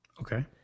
Okay